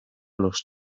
los